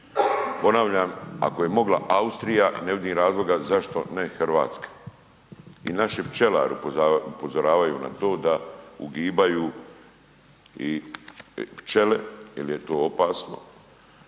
Ponavljam ako je mogla Austrija ne vidim razloga zašto ne Hrvatska. I naši pčelari upozoravaju na to da ugibaju i pčele jer je to opasno.